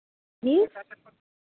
जी